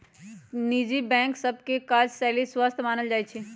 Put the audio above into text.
निजी बैंक सभ के काजशैली स्वस्थ मानल जाइ छइ